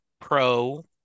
pro